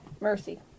Mercy